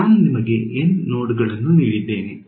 ನಾನು ನಿಮಗೆ N ನೋಡ್ಗಳನ್ನು ನೀಡಿದ್ದೇನೆ